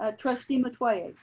ah trustee metoyer.